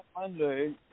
Monday